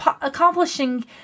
accomplishing